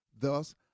Thus